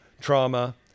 trauma